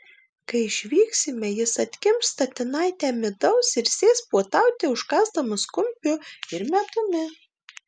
kai išvyksime jis atkimš statinaitę midaus ir sės puotauti užkąsdamas kumpiu ir medumi